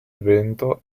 vento